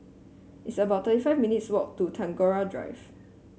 it's about thirty five minutes' walk to Tagore Drive